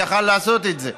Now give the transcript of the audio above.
יכול היה לעשות את זה.